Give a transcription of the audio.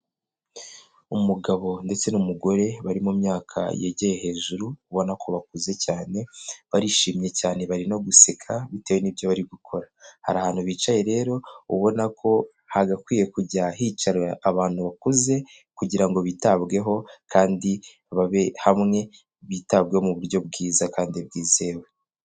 Umugabo ndetse n'umugore bari mu myaka yegiye hejuru ubona ko bakuze cyane barishimye cyane bari no guseka bitewe n'ibyo bari gukora, hari ahantu bicaye rero ubona ko hagakwiye kujya hicara abantu bakuze kugira ngo bitabweho kandi babe hamwe bitabwe mu buryo bwiza kandi bwizewe.